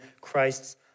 Christ's